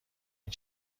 این